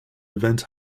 event